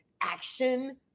action